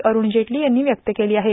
अठ्ठण जेटली यांनी व्यक्त केली आहे